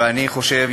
ואני חושב,